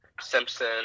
Simpson